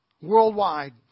Worldwide